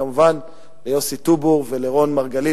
וכמובן ליוסי טובור ורון מרגלית,